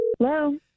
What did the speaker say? Hello